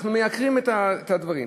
מייקרים את הדברים.